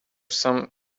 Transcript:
some